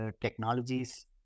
technologies